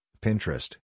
Pinterest